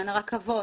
הרכבות,